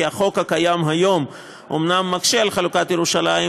כי החוק הקיים היום אומנם מקשה על חלוקת ירושלים,